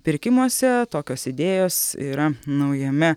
pirkimuose tokios idėjos yra naujame